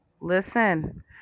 Listen